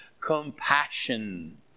compassion